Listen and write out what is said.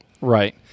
right